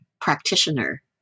practitioner